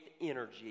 energy